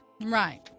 Right